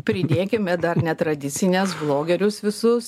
pridėkime dar netradicines blogerius visus